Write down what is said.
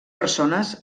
persones